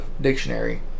dictionary